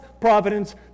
providence